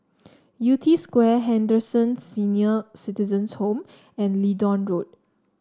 Yew Tee Square Henderson Senior Citizens' Home and Leedon Road